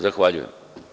Zahvaljujem.